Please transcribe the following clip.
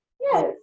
Yes